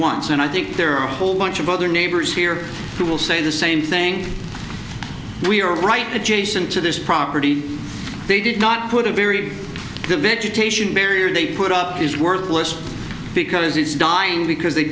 wants and i think there are a whole bunch of other neighbors here who will say the same thing we are right adjacent to this property they did not put a very good vegetation barrier they put up is worthless because it's dying because they